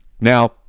Now